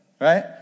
right